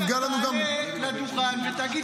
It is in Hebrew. אחר כך תעלה לדוכן ותגיד